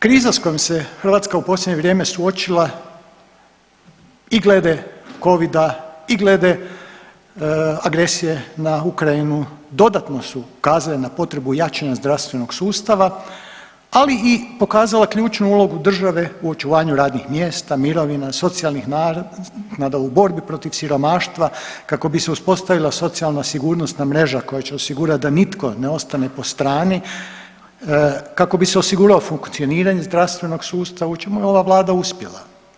Kriza s kojom se Hrvatska u posljednje vrijeme suočila i gleda Covida i gleda agresije na Ukrajinu dodatno su ukazale na potrebu jačanja zdravstvenog sustava, ali i pokazala ključnu ulogu države u očuvanju radnih mjesta, mirovina, socijalnih naknada, u borbi protiv siromaštva kako bi se uspostavila socijalna sigurnosna mreža koja će osigurati da nitko ne ostane po strani, kako bi se osiguralo funkcioniranje zdravstvenog sustava u čemu je ova vlada uspjela.